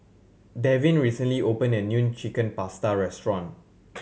Devyn recently opened a new Chicken Pasta restaurant